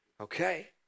Okay